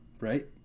Right